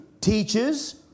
teaches